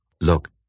Look